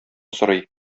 сорый